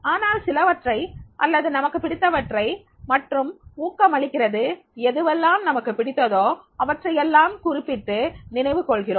ஆனால் சிலவற்றை அல்லது நமக்கு பிடித்தவற்றை மற்றும் ஊக்கமளிக்கிறது எதுவெல்லாம் நமக்கு பிடித்ததோ அவற்றையெல்லாம் குறிப்பிட்டு நினைவு கொள்கிறோம்